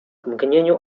mgnieniu